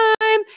time